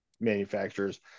manufacturers